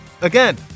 Again